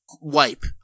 wipe